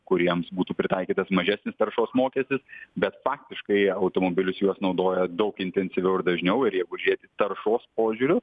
kuriems būtų pritaikytas mažesnis taršos mokestis bet faktiškai automobilius juos naudoja daug intensyviau ir dažniau ir jeigu žiūrėti taršos požiūriu